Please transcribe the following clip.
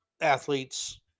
athletes